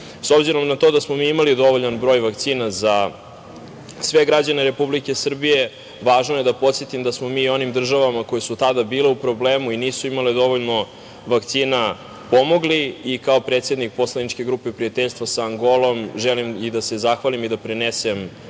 obzirom na to da smo mi imali dovoljan broj vakcina za sve građane Republike Srbije, važno je da podsetim da smo onim državama koje su tada bile u problemu i nisu imale dovoljno vakcina pomogli i, kao predsednik poslaničke grupe prijateljstva sa Angolom, želim da se zahvalim i da prenesem